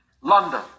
London